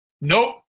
Nope